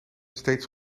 steeds